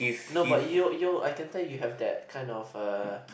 no you're you're I can tell you have that kind of uh